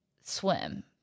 swim